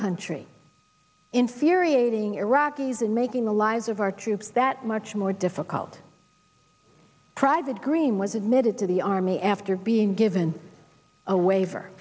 country infuriating iraqis and making the lives of our troops that much more difficult private green was admitted to the army after being given a waiver